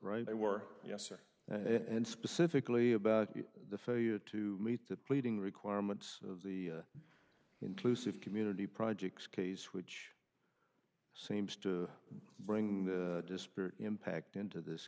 right they were yes sir and specifically about the failure to meet the pleading requirements of the inclusive community projects case which seems to bring the disparate impact into this